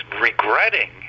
regretting